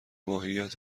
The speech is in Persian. ماهیت